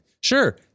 Sure